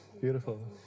Beautiful